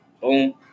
Boom